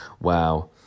wow